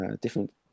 different